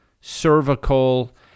cervical